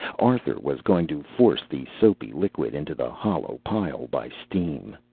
arthur was going to force the soapy liquid into the hollow pile by steam.